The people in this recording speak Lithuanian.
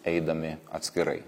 eidami atskirai